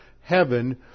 heaven